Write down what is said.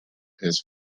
his